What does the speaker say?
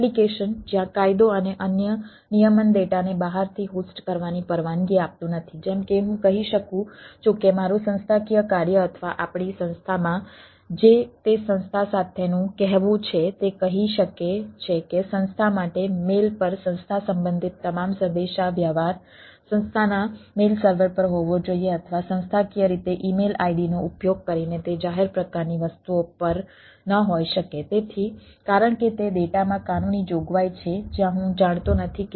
application જ્યાં કાયદો અને અન્ય નિયમન ડેટાને બહારથી હોસ્ટ કરવા માંગતી નથી